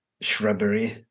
shrubbery